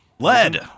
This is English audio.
Lead